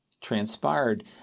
transpired